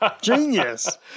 Genius